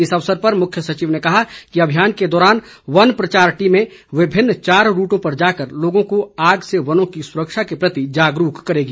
इस अवसर पर मुख्य सचिव ने कहा कि अभियान के दौरान वन प्रचार टीमें विभिन्न चार रूटों में जाकर लोगों को आग से वनों की सुरक्षा के प्रति जागरूक करेगी